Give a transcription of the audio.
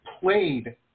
played